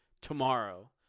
tomorrow